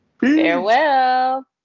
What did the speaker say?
Farewell